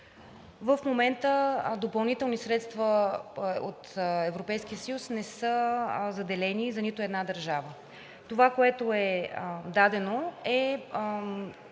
В момента допълнителни средства от Европейския съюз не са заделени за нито една държава. Това, което е дадено, е